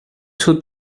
two